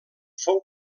fou